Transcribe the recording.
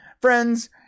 friends